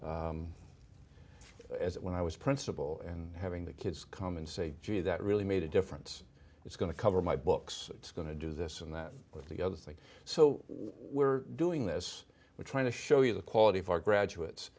as when i was principal and having the kids come and say gee that really made a difference it's going to cover my books it's going to do this and that but the other thing so we're doing this we're trying to show you the quality of our graduates